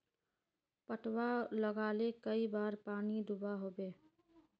पटवा लगाले कई बार पानी दुबा होबे?